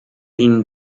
ihnen